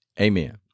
Amen